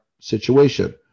situation